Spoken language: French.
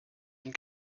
îles